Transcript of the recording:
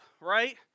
right